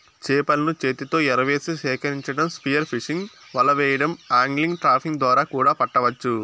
చేపలను చేతితో ఎరవేసి సేకరించటం, స్పియర్ ఫిషింగ్, వల వెయ్యడం, ఆగ్లింగ్, ట్రాపింగ్ ద్వారా కూడా పట్టవచ్చు